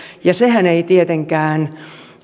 ja sehän ei tietenkään